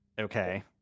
Okay